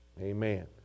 Amen